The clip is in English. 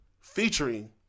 featuring